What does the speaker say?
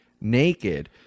naked